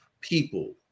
people